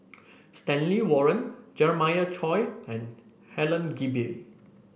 Stanley Warren Jeremiah Choy and Helen Gilbey